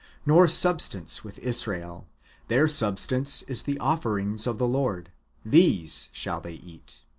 nor substance with israel their substance is the offerings of the lord these shall they eat.